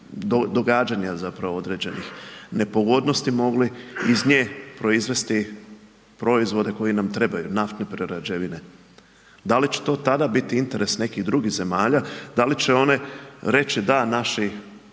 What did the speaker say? događanja zapravo određenih nepogodnosti mogli iz nje proizvesti proizvode koji nam trebaju, naftne prerađevine. Da li će to tada biti interes nekih drugih zemalja, da li će one reći da naši